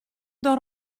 dan